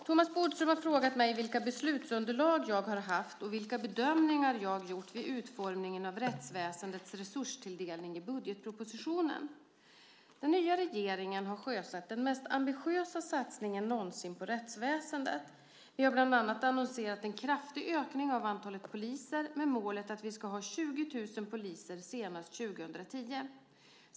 Herr talman! Thomas Bodström har frågat mig vilket beslutsunderlag jag har haft och vilka bedömningar jag har gjort vid utformningen av rättsväsendets resurstilldelning i budgetpropositionen. Den nya regeringen har sjösatt den mest ambitiösa satsningen någonsin på rättsväsendet. Vi har bland annat annonserat en kraftig ökning av antalet poliser med målet att vi ska ha 20 000 poliser senast 2010.